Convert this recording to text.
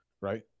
right